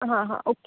हां हां ओके